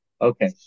Okay